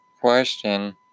question